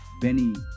Benny